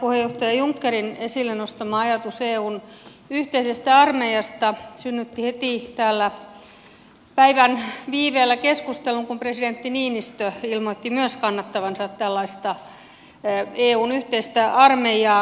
tämä puheenjohtaja junckerin esille nostama ajatus eun yhteisestä armeijasta synnytti heti täällä päivän viiveellä keskustelun kun myös presidentti niinistö ilmoitti kannattavansa tällaista eun yhteistä armeijaa